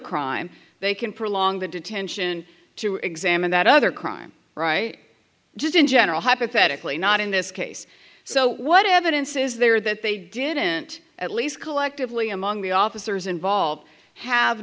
crime they can prolong the detention to examine that other crime right just in general hypothetically not in this case so what evidence is there that they didn't at least collectively among the officers involved have